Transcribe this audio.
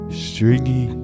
stringy